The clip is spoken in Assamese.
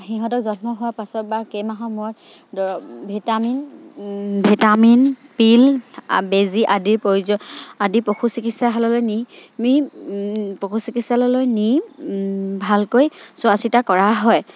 সিহঁতক বা কেইমাহৰ মূৰত ভিটামিন পিল বেজী আদিৰ প্ৰয়োজন আদি পশু চিকিৎসালয়লৈ নি নি পশু চিকিৎসালয়লৈ নি ভালকৈ চোৱা চিতা কৰা হয়